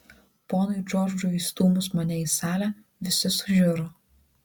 ponui džordžui įstūmus mane į salę visi sužiuro